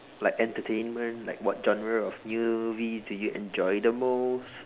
like entertainment like what genre of movies do you enjoy the most